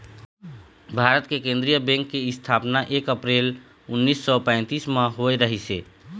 भारत के केंद्रीय बेंक के इस्थापना एक अपरेल उन्नीस सौ पैतीस म होए रहिस हे